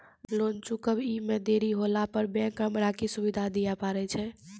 Loan चुकब इ मे देरी होला पर बैंक हमरा की सुविधा दिये पारे छै?